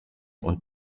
und